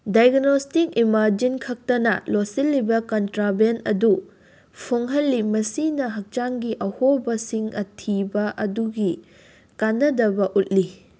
diagnostic imaging ꯈꯛꯇꯅ ꯂꯣꯠꯁꯤꯜꯂꯤꯕ ꯀꯟꯇ꯭ꯔꯥꯕꯦꯟ ꯑꯗꯨ ꯐꯣꯡꯍꯜꯂꯤ ꯃꯁꯤꯅ ꯍꯛꯆꯥꯡꯒꯤ ꯑꯍꯣꯕꯁꯤꯡ ꯑꯊꯤꯕ ꯑꯗꯨꯒꯤ ꯀꯥꯟꯅꯗꯕ ꯎꯠꯂꯤ